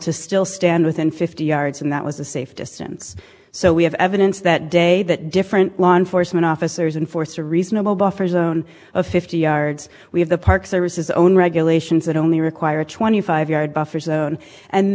to still stand within fifty yards and that was a safe distance so we have evidence that day that different law enforcement officers in force are reasonable buffer zone of fifty yards we have the park service is own regulations that only require a twenty five yard buffer zone and